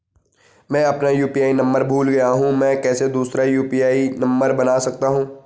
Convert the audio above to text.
मैं अपना UPI number भूल गया हूँ मैं कैसे दूसरा यु.पी.आई नम्बर बना सकता हूँ?